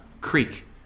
creek